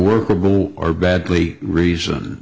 workable or badly reason